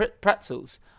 pretzels